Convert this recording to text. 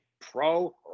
Pro